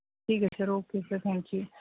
ਠੀਕ ਹੈ sir okay sir thank you